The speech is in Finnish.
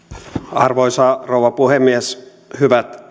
arvoisa rouva puhemies hyvät